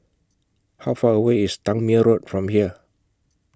How Far away IS Tangmere Road from here